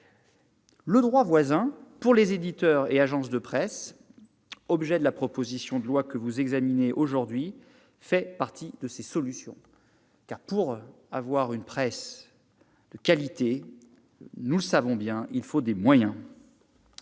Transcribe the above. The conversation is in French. Le droit voisin pour les éditeurs et les agences de presse, objet de la proposition de loi que vous examinez aujourd'hui, fait partie de ces solutions. En effet, pour avoir une presse de qualité, pour que les journalistes puissent